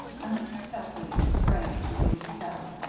on mrs. kelsey the strain was beginning to tell.